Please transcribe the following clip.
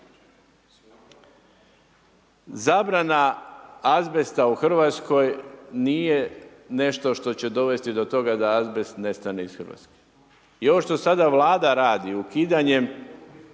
Zabrana azbesta u RH nije nešto što će dovesti do toga da azbest nestane iz RH. I ovo što sada Vlada radi ukidanjem